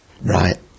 Right